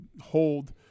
hold